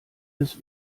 des